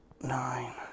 nine